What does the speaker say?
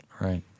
Right